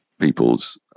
people's